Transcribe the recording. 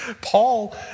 Paul